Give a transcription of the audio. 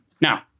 Now